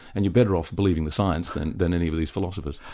and you're better off believing the science than than any of these philosophers.